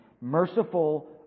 Merciful